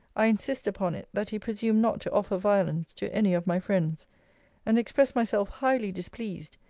i insist upon it that he presume not to offer violence to any of my friends and express myself highly displeased,